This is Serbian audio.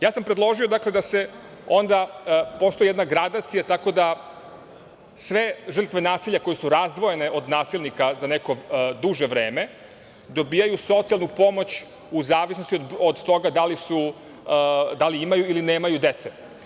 Ja sam predložio da onda postoji jedna gradacija, tako da sve žrtve nasilja koje su razdvojene od nasilnika za neko duže vreme dobijaju socijalnu pomoć u zavisnosti od toga da li imaju ili nemaju dece.